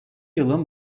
yılın